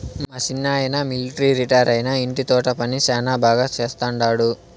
మా సిన్నాయన మిలట్రీ రిటైరైనా ఇంటి తోట పని శానా బాగా చేస్తండాడు